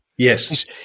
Yes